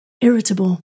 irritable